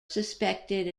suspected